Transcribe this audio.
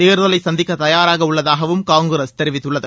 தேர்தலை சந்திக்க தயாராக உள்ளதாகவும் காங்கிரஸ் தெரிவித்துள்ளது